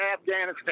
Afghanistan